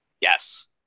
Yes